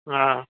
हा